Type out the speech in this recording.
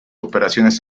operaciones